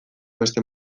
beste